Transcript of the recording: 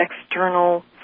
external